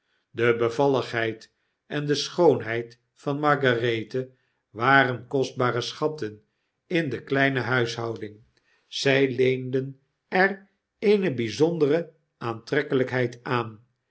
de bevalligheid en de schoonheid van margarethe waren kostbare schatten in de kleine huishouding zij leendener eene bij zondereaantrekkelijkheid aan